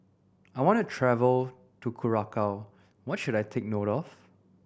I want to travel to Curacao what should I take note of